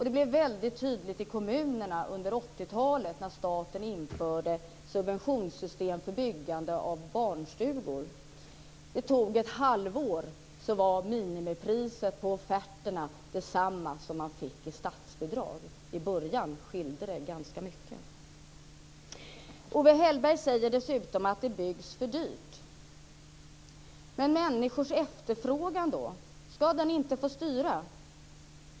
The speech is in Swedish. Det blev väldigt tydligt i kommunerna under 80-talet när staten införde ett subventionssystem för byggande av barnstugor. Det tog ett halvår sedan var minimipriset på offerterna lika högt som den summa man fick i statsbidrag. I början skilde det ganska mycket. Owe Hellberg säger dessutom att det byggs för dyrt. Men ska inte människors efterfrågan få styra?